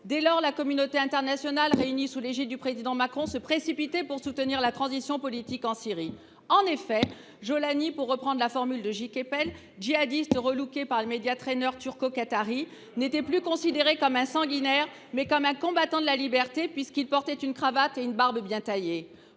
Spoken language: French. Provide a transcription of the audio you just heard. Dès lors, la communauté internationale réunie sous l’égide du président Macron se précipitait pour soutenir la transition politique en Syrie. En effet, Jolani, pour reprendre la formule de Gilles Kepel, « djihadiste relooké par les turco qatari », n’était plus considéré comme un sanguinaire, mais comme un combattant de la liberté, puisqu’il portait une cravate et une barbe bien taillée.